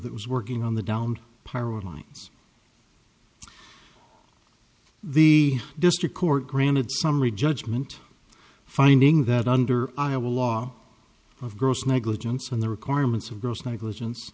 that was working on the downed power lines the district court granted summary judgment finding that under iowa law of gross negligence and the requirements of gross negligence